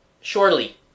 Surely